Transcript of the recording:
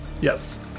Yes